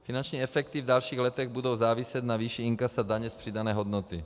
Finanční efekty v dalších letech budou záviset na výši inkasa daně z přidané hodnoty.